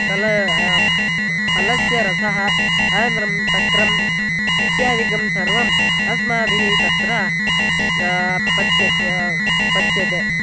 कल फलस्य रसः अनन्तरं तक्रम् इत्यादिकं सर्वम् अस्माभिः तत्र पच्यते पच्यते